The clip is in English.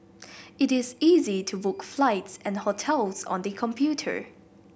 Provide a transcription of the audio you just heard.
it is easy to book flights and hotels on the computer